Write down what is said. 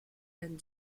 and